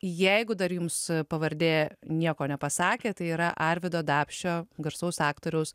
jeigu dar jums pavardė nieko nepasakė tai yra arvydo dapšio garsaus aktoriaus